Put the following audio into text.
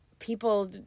people